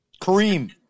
Kareem